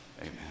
amen